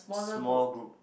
small group